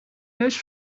neus